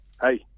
hey